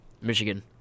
Michigan